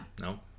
No